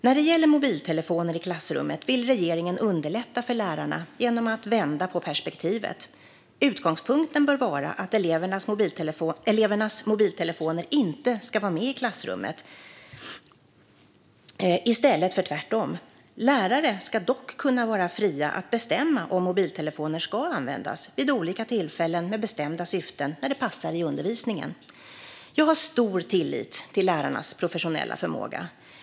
När det gäller mobiltelefoner i klassrummet vill regeringen underlätta för lärarna genom att vända på perspektivet. Utgångspunkten bör vara att elevernas mobiltelefoner inte ska vara med i klassrummet, i stället för tvärtom. Lärare ska dock kunna vara fria att bestämma om mobiltelefoner ska användas vid olika tillfällen, med bestämda syften, när det passar i undervisningen. Jag har stor tillit till lärarnas professionella förmåga.